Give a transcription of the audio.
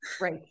Right